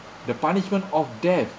the punishment of death